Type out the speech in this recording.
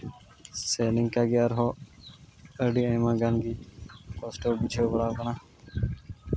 ᱥᱮ ᱱᱤᱝᱠᱟᱜᱮ ᱟᱨᱦᱚᱸ ᱟᱹᱰᱤ ᱟᱭᱢᱟ ᱜᱟᱱ ᱜᱮ ᱠᱚᱥᱴᱚ ᱵᱩᱡᱷᱟᱹᱣ ᱵᱟᱲᱟ ᱠᱟᱱᱟ